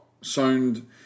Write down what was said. Sound